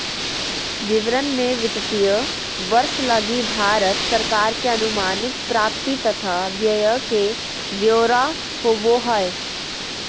विवरण मे वित्तीय वर्ष लगी भारत सरकार के अनुमानित प्राप्ति तथा व्यय के ब्यौरा होवो हय